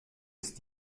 ist